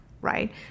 right